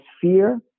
fear